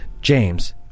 James